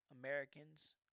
americans